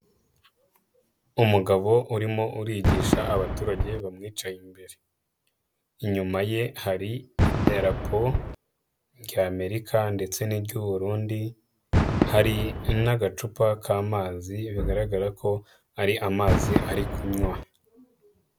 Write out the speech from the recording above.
Umugabo urimo urigisha abaturage bamwicaye imbere, inyuma ye hari idarapo ry'Amerika ndetse n'iry'Uburundi, hari n'agacupa k'amazi bigaragara ko ari amazi ari kunywa.